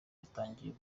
yatangiranye